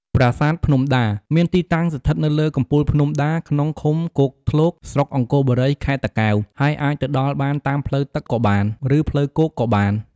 ប្រាសាទភ្នំដា មានទីតាំងស្ថិតនៅលើកំពូលភ្នំដា ក្នុងឃុំគោកធ្លក ស្រុកអង្គរបុរី ខេត្តតាកែវ ហើយអាចទៅដល់បានតាមផ្លូវទឹកក៏បាន ឬផ្លូវគោកក៏បាន។